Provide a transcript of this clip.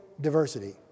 diversity